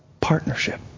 partnership